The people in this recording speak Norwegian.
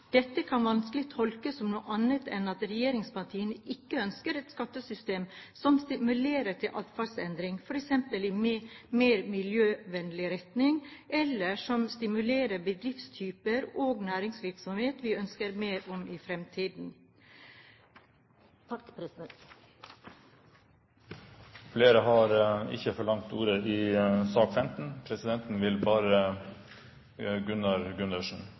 Dette kan vanskelig tolkes som noe annet enn at regjeringspartiene ikke ønsker et skattesystem som stimulerer til atferdsendring, f.eks. i mer miljøvennlig retning, eller som stimulerer bedriftstyper og næringsvirksomhet vi ønsker mer av i fremtiden.